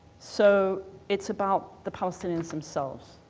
so it's about the palestinians themselves.